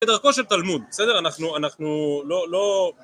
בסדר, כושר תלמוד, בסדר, אנחנו, אנחנו, לא, לא...